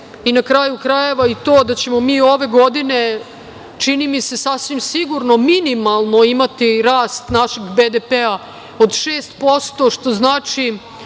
i na kraju krajeva i to da ćemo ove godine, čini mi se sasvim sigurno minimalno imati rast našeg BDP od 6% što znači,